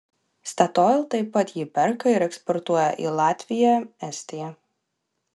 statoil taip pat jį perka ir eksportuoja į latviją estiją